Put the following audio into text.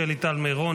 שלי טל מירון,